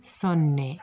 ಸೊನ್ನೆ